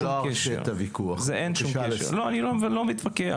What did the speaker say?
אני לא מתווכח.